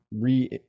re